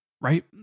Right